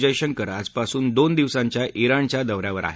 जयशंकर आजपासून दोन दिवसांच्या राणच्या दो यावर आहेत